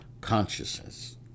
consciousness